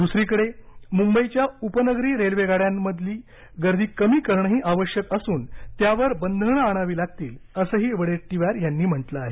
दसरीकडे मुंबईच्या उपनगरी रेल्वेगाड्यांमधील गर्दी कमी करणंही आवश्यक असून त्यावर बंधन आणावी लागतील असंही वडेट्टीवार यांनी म्हटलं आहे